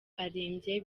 arembye